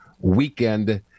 weekend